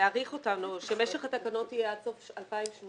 להאריך אותן או שמשך התקנות יהיה עד סוף 2018,